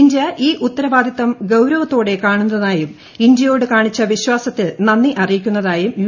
India ഇൌ ഉത്തരവാദിത്വം ഗൌരവത്തോടെ കാണുന്നതായും ഇന്ത്യയോടു കാണിച്ച വിശ്വാസത്തിൽ നന്ദി അറിയിക്കുന്നതായും യു